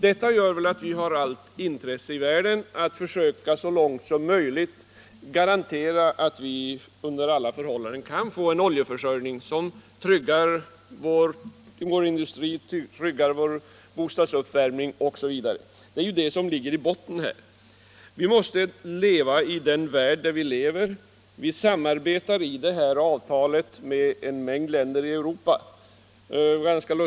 Detta gör att vi har allt intresse i världen att försöka så långt som möjligt garantera att vi under alla förhållanden kan få en oljeförsörjning som tryggar vår industri, vår bostadsuppvärmning osv. Det är detta som ligger i botten här. Vi måste verka i den värld där vi lever. Vi samarbetar genom det här avtalet med en mängd länder i Europa.